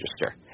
register